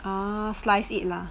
oo slice it lah